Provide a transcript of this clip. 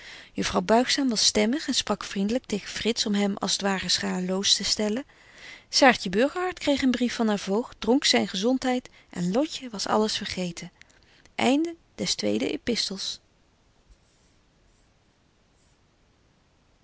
juffrouw buigzaam zag stemmig en sprak vriendelyk tegen frits om hem als t ware schaêloos te stellen saartje burgerhart kreeg een brief van haar voogd dronk zyn gezondheid en lotje was alles vergeten